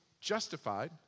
justified